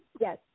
Yes